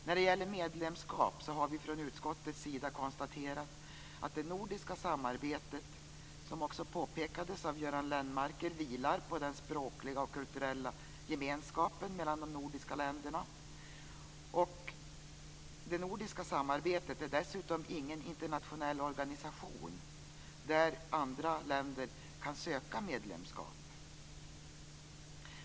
När det gäller medlemskap har vi från utskottets sida konstaterat att det nordiska samarbetet, som också påpekades av Göran Lennmarker, vilar på den språkliga och kulturella gemenskapen mellan de nordiska länderna. Det nordiska samarbetet är dessutom ingen internationell organisation där andra länder kan söka medlemskap.